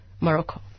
Morocco